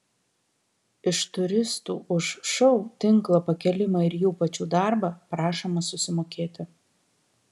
iš turistų už šou tinklo pakėlimą ir jų pačių darbą prašoma susimokėti